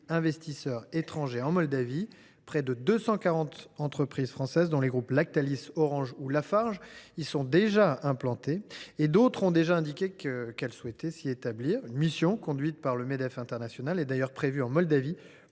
France figure au quatrième rang. Près de 240 entreprises françaises, dont les groupes Lactalis, Orange ou Lafarge, y sont déjà implantés, et d’autres ont déjà indiqué qu’elles souhaitaient s’y établir. Une mission conduite par le Medef international est d’ailleurs prévue en Moldavie